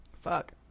Fuck